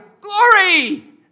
glory